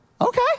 okay